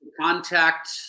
contact